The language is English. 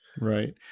right